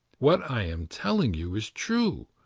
what i am telling you is true,